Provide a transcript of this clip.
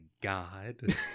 god